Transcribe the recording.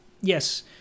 yes